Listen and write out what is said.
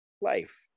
life